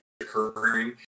occurring